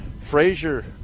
Frazier